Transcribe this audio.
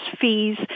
fees